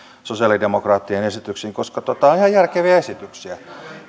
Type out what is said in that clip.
sosialidemokraattien esityksiin koska ne ovat ihan järkeviä esityksiä